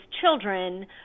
children